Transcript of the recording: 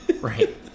Right